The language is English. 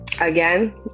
again